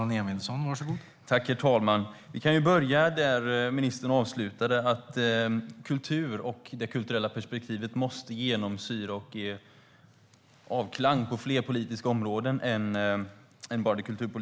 Herr talman! Vi kan börja där ministern avslutade med att kultur och det kulturella perspektivet måste genomsyra och ge genklang inom fler politiska områden än bara kulturen.